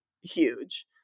huge